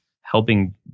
helping